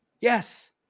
yes